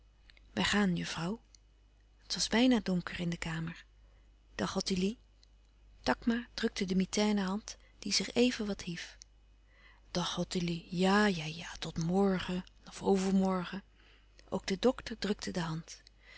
wij gaan juffrouw het was bijna donker in de kamer dag ottilie takma drukte de mitaine hand die zich even wat hief dag ottilie ja ja ja tot morgen of overmorgen ook de dokter drukte de hand